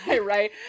right